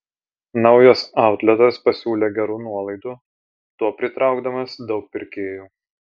naujas autletas pasiūlė gerų nuolaidų tuo pritraukdamas daug pirkėjų